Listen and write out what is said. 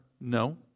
no